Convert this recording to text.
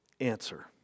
answer